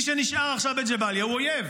מי שנשאר עכשיו בג'באליה הוא אויב.